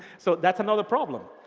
so that's another problem.